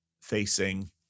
facing